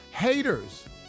Haters